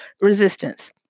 resistance